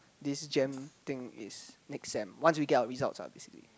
this gem thing is next sem once we get our result lah basically